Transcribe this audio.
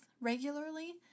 regularly